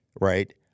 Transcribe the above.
right